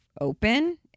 open